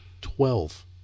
Twelve